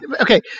okay